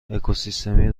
اکوسیستمی